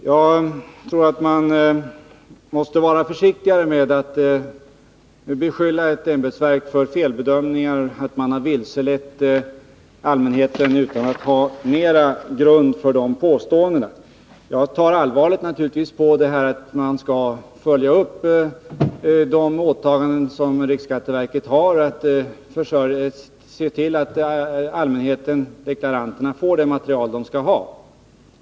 Jag tror att man måste vara försiktigare med att beskylla ett ämbetsverk för att ha gjort felbedömningar och för att ha vilselett allmänheten utan att ha bättre grund för de påståendena. Jag tar naturligtvis allvarligt på det här att man skall följa upp de åtaganden som riksskatteverket har att se till att allmänheten, deklaranterna, får det material som de skall ha.